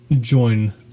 join